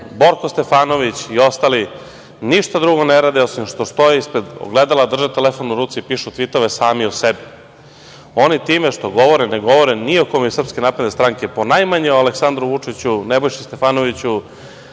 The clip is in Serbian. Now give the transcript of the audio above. Borko Stefanović i ostali, ništa drugo ne rade, osim što stoje ispred ogledala, drže telefon u ruci i pišu tvitove sami o sebi. Oni time što govore, ne govore ni o kome iz SNS, ponajmanje o Aleksandru Vučiću, Nebojši Stefanoviću,